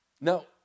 now